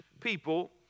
people